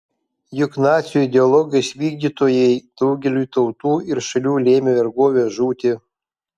juk nacių ideologijos vykdytojai daugeliui tautų ir šalių lėmė vergovę žūtį